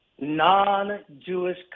non-Jewish